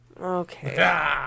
Okay